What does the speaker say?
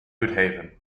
haven